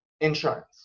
insurance